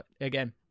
again